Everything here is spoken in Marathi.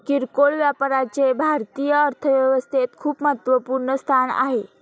किरकोळ व्यापाराचे भारतीय अर्थव्यवस्थेत खूप महत्वपूर्ण स्थान आहे